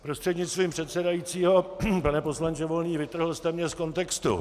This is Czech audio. Prostřednictvím předsedajícího pane poslanče Volný, vytrhl jste mě z kontextu.